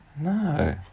No